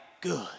good